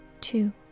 two